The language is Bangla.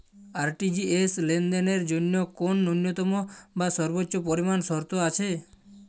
আর.টি.জি.এস লেনদেনের জন্য কোন ন্যূনতম বা সর্বোচ্চ পরিমাণ শর্ত আছে?